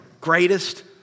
greatest